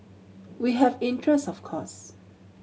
we have interest of course